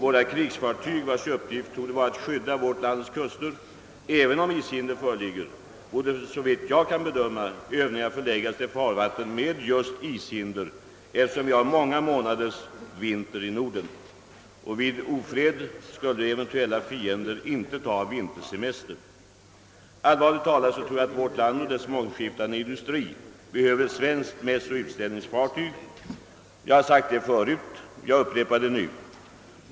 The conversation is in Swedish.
Våra krigsfartyg, vilkas uppgifter torde vara att skydda vårt lands kuster — även om ishinder föreligger — borde såvitt jag kan bedöma förlägga övningarna till farvatten just med ishinder, eftersom vi har många månaders vinter i Norden. Vid ofred skulle eventuella fiender inte ta vintersemester. Allvarligt talat tror jag att vårt land med dess mångskiftande industri behöver ett svenskt mässoch utställningsfartyg. Vi har sagt detta tidigare och jag upprepar det.